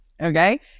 okay